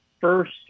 first